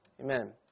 Amen